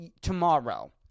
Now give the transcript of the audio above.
tomorrow